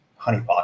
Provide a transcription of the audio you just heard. honeypot